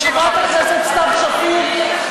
חברת הכנסת סתיו שפיר,